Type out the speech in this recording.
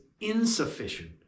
insufficient